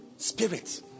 Spirit